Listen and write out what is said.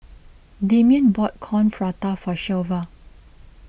Damian bought Coin Prata for Shelva